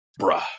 Bruh